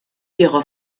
ihrer